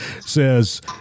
says